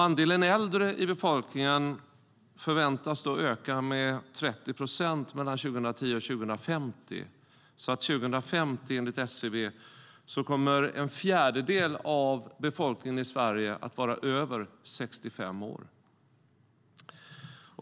Andelen äldre i befolkningen förväntas öka med 30 procent mellan 2010 och 2050. Enligt SCB betyder det att 2050 kommer en fjärdedel av befolkningen att vara över 65 år.